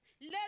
Let